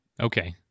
Okay